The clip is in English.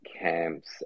camps